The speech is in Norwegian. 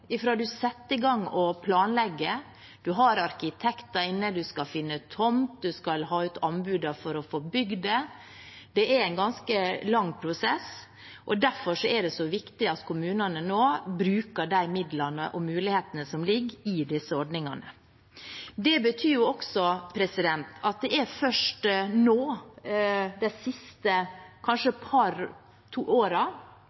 i gang å planlegge – man har arkitekter inne, man skal finne tomt, man skal ha ut anbud for å bygd det. Det er en ganske lang prosess, og derfor er det så viktig at kommunene nå bruker de midlene og mulighetene som ligger i disse ordningene. Det betyr også at det er først nå, kanskje de siste